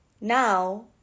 Now